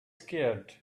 scared